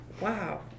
Wow